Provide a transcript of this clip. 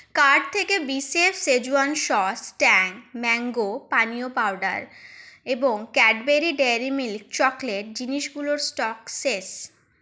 cart থেকে বিশেফ schezwan sauce Tang mango পানীয় পাউডার এবং ক্যাডবেরি ডেয়ারি মিল্ক চকোলেট জিনিসগুলোর স্টক শেষ